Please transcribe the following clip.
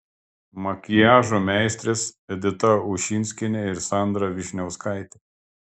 makiažo meistrės edita ušinskienė ir sandra vyšniauskaitė